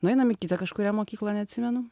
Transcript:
nueinam į kitą kažkurią mokyklą neatsimenu